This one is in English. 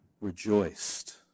rejoiced